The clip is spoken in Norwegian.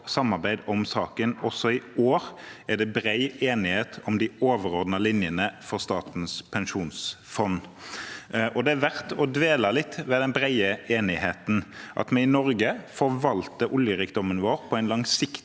samarbeid i saken. Også i år er det bred enighet om de overordnede linjene for statens pensjonsfond. Det er verdt å dvele litt ved den brede enigheten – at vi i Norge forvalter oljerikdommen vår på en langsiktig